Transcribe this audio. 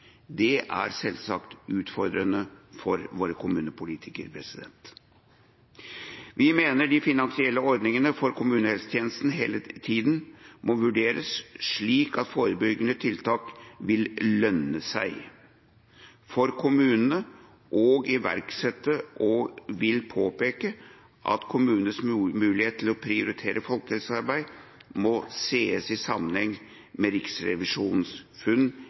Det er selvsagt utfordrende for våre kommunepolitikere. Vi mener de finansielle ordningene for kommunehelsetjenesten hele tida må vurderes, slik at forebyggende tiltak vil «lønne seg» for kommunene å iverksette, og vil påpeke at kommuners mulighet til å prioritere folkehelsearbeid må ses i sammenheng med Riksrevisjonens funn